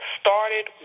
started